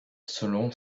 selon